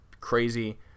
crazy